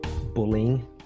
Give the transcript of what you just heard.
bullying